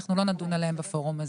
אנחנו לא נדון עליהם בפורום הזה.